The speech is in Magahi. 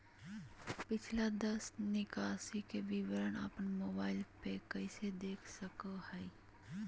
पिछला दस निकासी के विवरण अपन मोबाईल पे कैसे देख सके हियई?